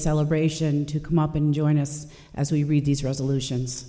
celebration to come up and join us as we read these resolutions